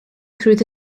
through